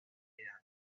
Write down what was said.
edad